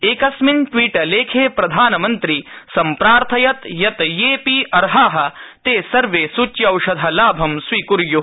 एकस्मिन् ट्वीटलेखे प्रधानमन्त्री सम्प्रार्थयत् यत् येऽपि अर्हा ते सर्वे सूच्यौषधलाभं स्वीकुर्यु